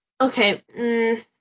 Okay